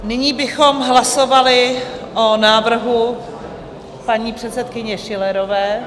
Nyní bychom hlasovali o návrhu paní předsedkyně Schillerové.